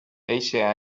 eixe